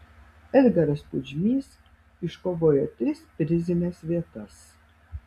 edgaras pudžmys iškovojo tris prizines vietas